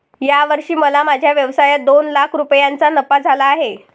या वर्षी मला माझ्या व्यवसायात दोन लाख रुपयांचा नफा झाला आहे